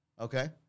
Okay